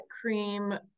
cream